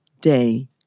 day